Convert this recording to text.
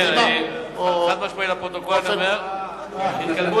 אני אומר חד-משמעית לפרוטוקול: התקדמות